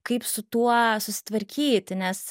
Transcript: kaip su tuo susitvarkyti nes